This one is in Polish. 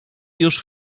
już